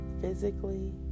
physically